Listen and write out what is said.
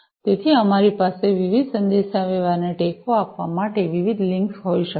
તેથી અમારી પાસે વિવિધ સંદેશાવ્યવહારને ટેકો આપવા માટે વિવિધ લિંક્સ હોઈ શકે છે